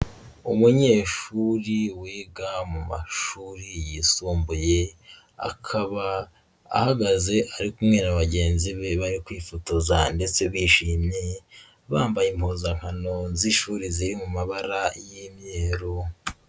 Umunyeshuri wiga mu mashuri yisumbuye, akaba ahagaze ari kumwe na bagenzi be bari kwifotoza ndetse bishimye, bambaye impuzankano z'ishuri ziri mu mabara y'imyeru.